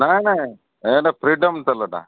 ନା ନା ଏଟା ଫ୍ରିଡ଼ମ୍ ତେଲଟା